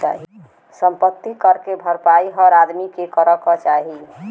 सम्पति कर के भरपाई हर आदमी के करे क चाही